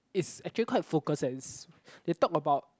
it's actually quite focused as they talk about